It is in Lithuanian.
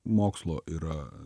mokslo yra